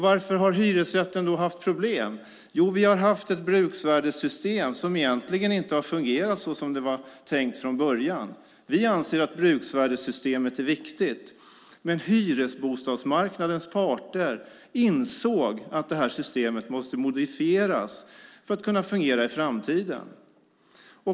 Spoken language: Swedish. Varför har hyresrätten då haft problem? Jo, vi har haft ett bruksvärdessystem som egentligen inte har fungerat såsom det var tänkt från början. Vi anser att bruksvärdessystemet är viktigt. Men hyresbostadsmarknadens parter insåg att det här systemet måste modifieras för att kunna fungera i framtiden.